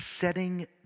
setting